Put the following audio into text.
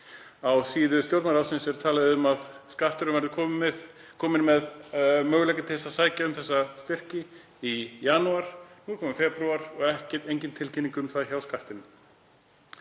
Á síðu Stjórnarráðsins er talað um að Skatturinn verði kominn með möguleika til þess að sækja um þessa styrki í janúar. Nú er kominn febrúar og engin tilkynning er um það hjá Skattinum.